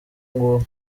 ngubu